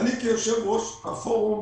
אני כיושב-ראש הפורום